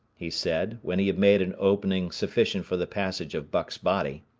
he said, when he had made an opening sufficient for the passage of buck's body.